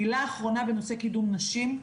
מילה אחרונה בנושא קידום נשים,